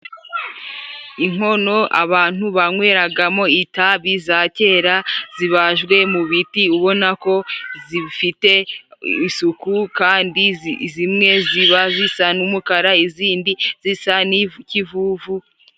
Inkono abantu banyweragamo itabi za kera zibajwe mu biti ubona ko zifite isuku kandi zimwe ziba zisa n'umukara izindi zisa n'ikivuvu.